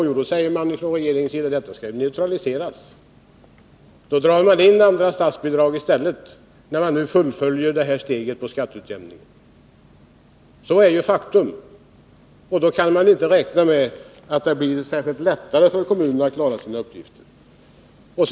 Jo, då säger regeringen att det skall neutraliseras, och så drar man in andra statsbidrag i stället när man fullföljer skatteutjämningen. Det är ett faktum, och då kan vi inte räkna med att det blir särskilt mycket lättare för kommunerna att klara sina uppgifter.